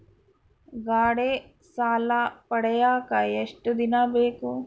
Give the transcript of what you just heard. ಗಾಡೇ ಸಾಲ ಪಡಿಯಾಕ ಎಷ್ಟು ದಿನ ಬೇಕು?